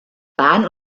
bahn